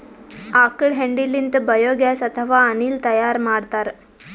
ಆಕಳ್ ಹೆಂಡಿ ಲಿಂತ್ ಬಯೋಗ್ಯಾಸ್ ಅಥವಾ ಅನಿಲ್ ತೈಯಾರ್ ಮಾಡ್ತಾರ್